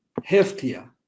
heftier